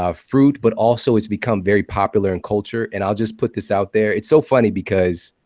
ah fruit, but also, it's become very popular in culture. and i'll just put this out there. it's so funny because